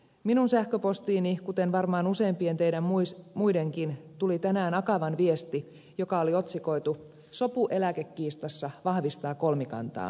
minun sähköpostiini kuten varmaan useimpien teidän muidenkin tuli tänään akavan viesti joka oli otsikoitu sopu eläkekiistassa vahvistaa kolmikantaa